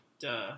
Duh